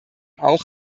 auch